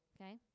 Okay